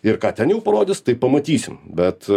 ir ką ten parodys tai pamatysim bet